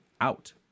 out